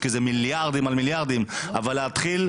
אבל להתחיל.